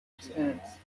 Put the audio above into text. expense